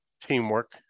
teamwork